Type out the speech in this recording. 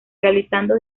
realizando